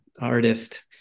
artist